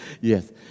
Yes